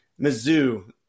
Mizzou